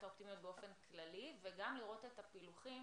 האופטימיות באופן כללי וגם לראות את הפילוחים